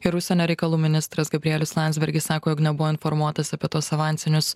ir užsienio reikalų ministras gabrielius landsbergis sako jog nebuvo informuotas apie tuos avansinius